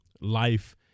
life